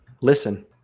Listen